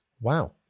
Wow